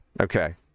Okay